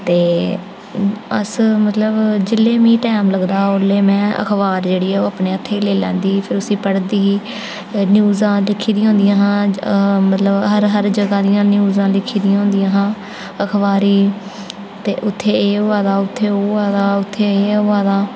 ते अस मतलब जेल्लै मिगी टैम लगदा ओल्लै में अखबार जेह्ड़ी ऐ ओह् अपने हत्थें ई लेई लैंदी ही फिर उसी पढ़दी ही न्यूजां दिक्खी दियां होंदियां हां मतलब हर हर जगह् दियां न्यूजां दिक्खी दियां होंदियां हां अखबार ई उ'त्थें एह् होआ दा उ'त्थें ओह् होआ दा ते इत्थें एह् होआ दा